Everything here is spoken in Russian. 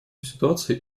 ситуации